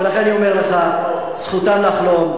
ולכן אני אומר לך: זכותם לחלום,